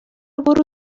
برو